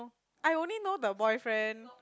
I only know the boyfriend